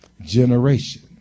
generation